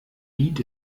beat